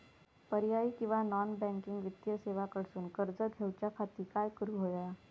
पर्यायी किंवा non banking वित्तीय सेवा कडसून कर्ज घेऊच्या खाती काय करुक होया?